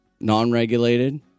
non-regulated